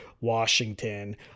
Washington